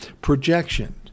projection